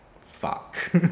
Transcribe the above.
fuck